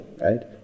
right